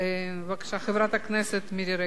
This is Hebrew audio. בבקשה, חברת הכנסת מירי רגב.